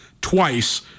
twice